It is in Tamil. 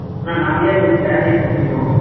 அண்ணா நாங்களே உங்களுக்கு ஃபேபரிக் கொடுத்துருவோம்